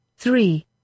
Three